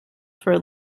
for